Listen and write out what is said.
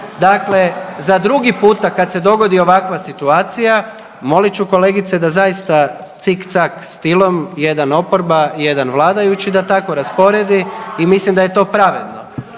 Dakle, za drugi puta kad se dogodi ovakva situacija molit ću kolegice da zaista cik cak stilom jedan oporba jedan vladajući da tako rasporedi i mislim da je to pravedno.